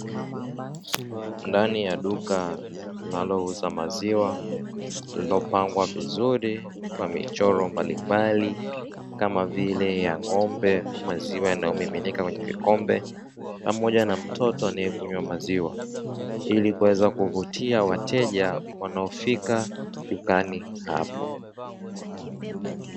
Ndani ya duka linalo uza maziwa lililopangwa vizuri kwa michoro mbalimbali kama vile ya ng’ombe, maziwa yanayo miminika kwenye kikombe pamoja na mtoto anayekunywa maziwa ili kuweza kuvutia wateja wanaofika dukani hapo.